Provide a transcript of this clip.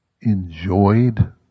enjoyed